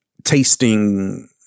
Tasting